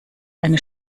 eine